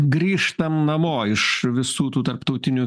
grįžtam namo iš visų tų tarptautinių